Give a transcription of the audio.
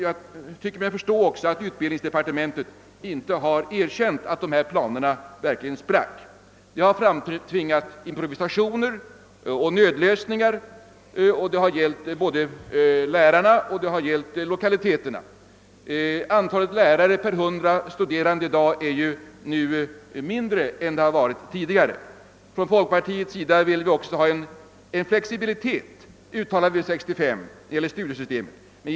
Jag tycker mig också förstå, att utbildningsdepartementet inte har erkänt att planerna verkligen sprack, vilket har framtvingat improvisationer och nödlösningar både i fråga om lärare och lokaliteter. Antalet kvalificerade lärare per hundra studerande är i dag mindre än det varit tidigare. Från folkpartiets sida uttalades också 1965, att vi ville ha flexibilitet i studiesystemet.